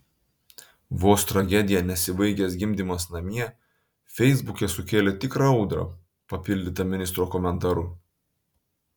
vos tragedija nesibaigęs gimdymas namie feisbuke sukėlė tikrą audrą papildyta ministro komentaru